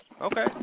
Okay